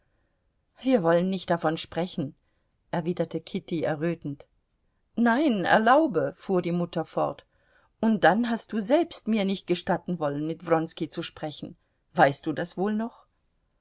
wir wollen nicht davon sprechen erwiderte kitty errötend nein erlaube fuhr die mutter fort und dann hast du selbst mir nicht gestatten wollen mit wronski zu sprechen weißt du das wohl noch